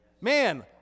Man